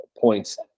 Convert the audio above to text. points